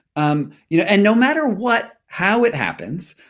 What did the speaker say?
um you know and no matter what, how it happens,